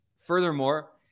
Furthermore